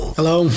Hello